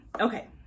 Okay